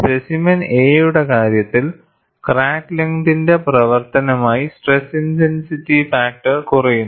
specimen A യുടെ കാര്യത്തിൽ crack ലെങ്തിന്റെ പ്രവർത്തനമായി സ്ട്രെസ് ഇൻടെൻസിറ്റി ഫാക്ടർ കുറയുന്നു